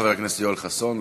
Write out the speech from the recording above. חבר הכנסת יואל חסון,